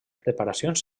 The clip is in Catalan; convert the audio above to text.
preparacions